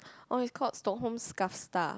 oh is called the home Kasta